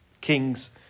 kings